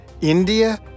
India